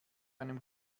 einem